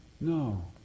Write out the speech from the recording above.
No